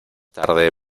tarde